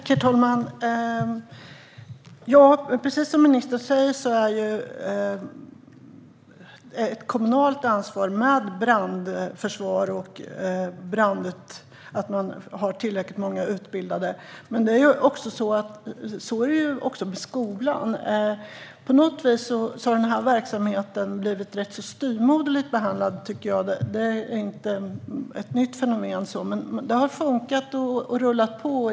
Herr talman! Precis som ministern säger är brandförsvar och att man har tillräckligt många utbildade ett kommunalt ansvar, men så är det också med skolan. Verksamheten har blivit rätt styvmoderligt behandlad, tycker jag. Det är inte ett nytt fenomen, men det har funkat och rullat på.